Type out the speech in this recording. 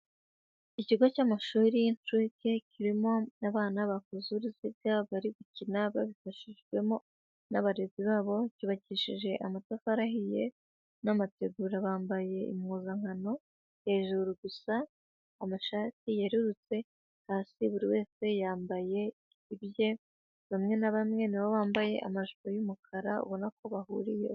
Ikigo cy'amashuri y'inshuke kirimo abana bakoze uruziga, bari gukina babifashijwemo n'abarezi babo; cyubakishije amatafari ahiye n'amategura, bambaye impuzankano hejuru gusa, amashati yerurutse, hasi buri wese yambaye ibye; bamwe na bamwe ni bo bambaye amajipo y'umukara ubona ko bahuriyeho.